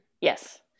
Yes